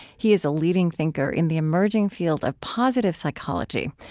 he is a leading thinker in the emerging field of positive psychology,